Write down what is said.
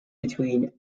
between